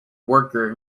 worker